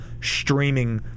streaming